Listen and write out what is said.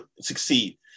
succeed